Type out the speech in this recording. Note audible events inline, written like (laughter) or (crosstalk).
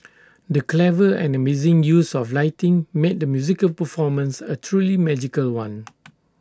the clever and amazing use of lighting made the musical performance A truly magical one (noise)